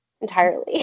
entirely